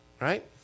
Right